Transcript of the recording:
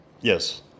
yes